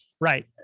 Right